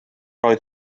oedd